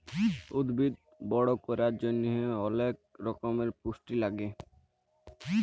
উদ্ভিদ বড় ক্যরার জন্হে অলেক রক্যমের পুষ্টি লাগে